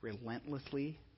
relentlessly